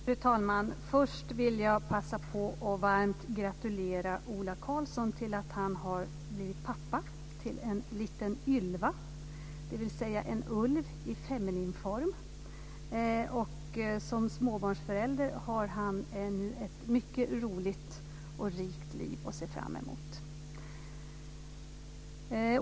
Fru talman! Först vill jag passa på att varmt gratulera Ola Karlsson till att han har blivit pappa till en liten Ylva, dvs. en ulv i femininform. Som småbarnsförälder har han ännu ett mycket roligt och rikt liv att se fram emot. Fru talman!